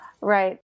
Right